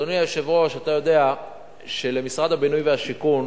אדוני היושב-ראש, אתה יודע שלמשרד הבינוי והשיכון